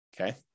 okay